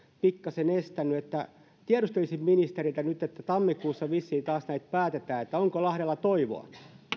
pikkasen estänyt tiedustelisin ministeriltä nyt kun tammikuussa vissiin taas näitä päätetään onko lahdella toivoa